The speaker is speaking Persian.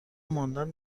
ماندن